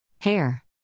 Hair